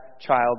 child